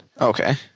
Okay